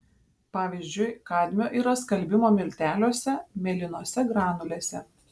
pavyzdžiui kadmio yra skalbimo milteliuose mėlynose granulėse